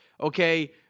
okay